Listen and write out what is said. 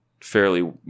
fairly